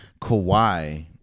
Kawhi